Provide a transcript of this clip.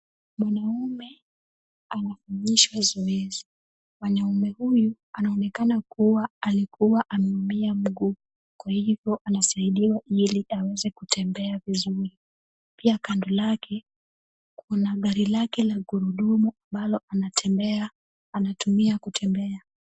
Mwanaume anafundishwa zoezi. Mwanaume huyu anaonekana kuwa alikuwa ameumia mguu kwa hivyo anasaidiwa ili aweze kutembea vizuri. Pia kando lake kuna gari lake la gurudumu ambalo anatumia kutembea.